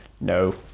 No